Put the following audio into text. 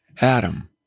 Adam